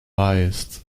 biased